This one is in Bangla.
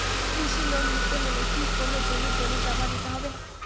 কৃষি লোন নিতে হলে কি কোনো জমির দলিল জমা দিতে হবে?